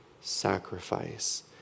sacrifice